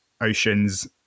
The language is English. oceans